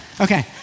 Okay